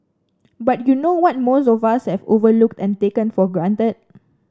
but you know what most of us have overlooked and taken for granted